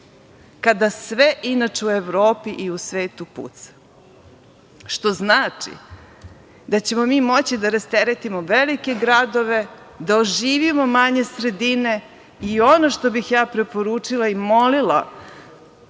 kada sve u Evropi i u svetu puca, što znači da ćemo mi moći da rasteretimo velike gradove, da oživimo manje sredine i ono što bih ja preporučila i molila